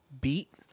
beat